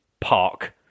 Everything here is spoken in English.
park